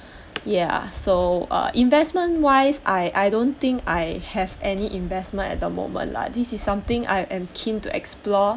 yeah so uh investment why I I don't think I have any investment at the moment lah this is something I am keen to explore